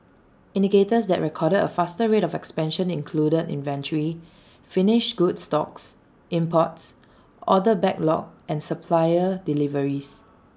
indicators that recorded A faster rate of expansion included inventory finished goods stocks imports order backlog and supplier deliveries